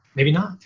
maybe not.